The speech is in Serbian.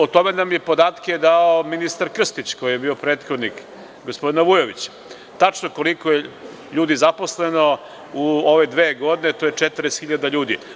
O tome nam je podatke dao ministar Krstić, koji je bio prethodnik gospodina Vujovića, tačno koliko je ljudi zaposleno u ove dve godine, a to je 40 hiljada ljudi.